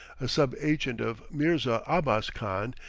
a sub-agent of mirza abbas khan,